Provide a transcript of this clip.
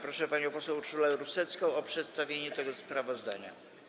Proszę panią poseł Urszulę Rusecką o przedstawienie tego sprawozdania.